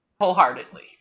wholeheartedly